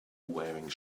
wearing